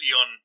on